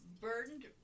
burdened